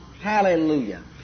Hallelujah